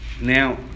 now